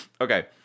okay